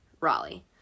Raleigh